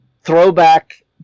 throwback